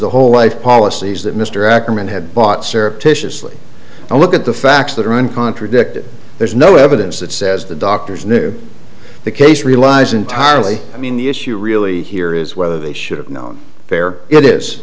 the whole life policies that mr ackerman had bought surreptitiously and look at the facts that are in contradicted there's no evidence that says the doctors knew the case relies entirely i mean the issue really here is whether they should have known fair it is